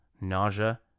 nausea